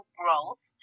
growth